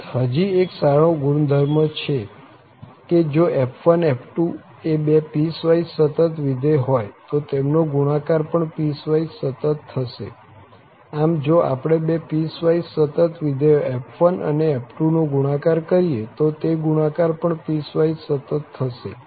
ઉપરાંત હજી એક સારો ગુણધર્મ છે કે જો f1 f2 એ બે પીસવાઈસ સતત વિધેય હોય તો તેમનો ગુણાકાર પણ પીસવાઈસ સતત થશે આમ જો આપણે બે પીસવાઈસ સતત વિધેયોf1 અને f2 નો ગુણાકાર કરીએ તો તે ગુણાકાર પણ પીસવાઈસ સતત થશે